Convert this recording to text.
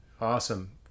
Awesome